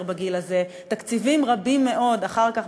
בגיל הזה תקציבים רבים מאוד מושקעים אחר כך,